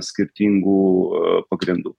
skirtingų pagrindų